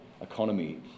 economy